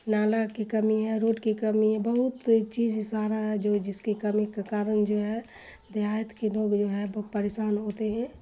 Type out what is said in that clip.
نالا کی کمی ہے روڈ کی کمی ہے بہت چیز سارا ہے جو جس کی کمی کے کارن جو ہے دیہایت کے لوگ جو ہے بہت پریشان ہوتے ہیں